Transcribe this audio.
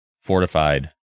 fortified